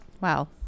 Wow